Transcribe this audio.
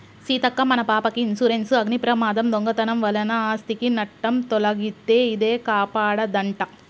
సీతక్క మన పాపకి ఇన్సురెన్సు అగ్ని ప్రమాదం, దొంగతనం వలన ఆస్ధికి నట్టం తొలగితే ఇదే కాపాడదంట